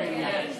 כן, יש פה.